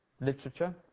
literature